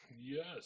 Yes